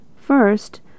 First